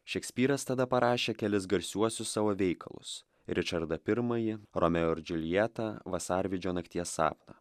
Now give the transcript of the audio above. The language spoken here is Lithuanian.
šekspyras tada parašė kelis garsiuosius savo veikalus ričardą pirmąjį romeo ir džiuljetą vasarvidžio nakties sapną